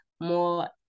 more